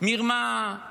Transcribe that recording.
מרמה,